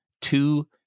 two